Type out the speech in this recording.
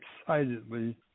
excitedly